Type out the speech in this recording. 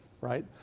right